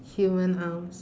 human arms